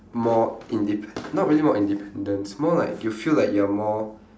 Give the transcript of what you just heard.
more indepen~ not really about independence more like you feel like you're more